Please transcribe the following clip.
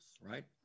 right